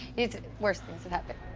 it. worse things have happened.